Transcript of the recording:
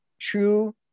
true